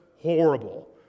horrible